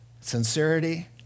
sincerity